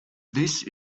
this